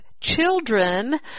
children